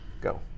Go